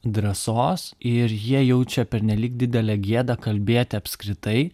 drąsos ir jie jaučia pernelyg didelę gėdą kalbėti apskritai